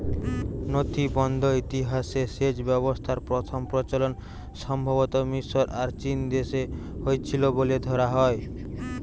নথিবদ্ধ ইতিহাসে সেচ ব্যবস্থার প্রথম প্রচলন সম্ভবতঃ মিশর আর চীনদেশে হইছিল বলে ধরা হয়